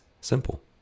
simple